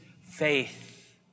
faith